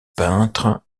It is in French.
peintre